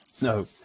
No